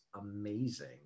amazing